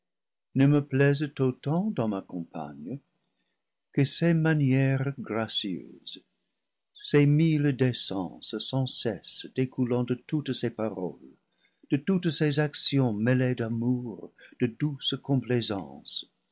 ne me plaisent autant dans ma compa gne que ces manières gracieuses ces mille décences sans cesse découlant de toutes ses paroles de toutes ses actions mêlées d'a mour de douce complaisance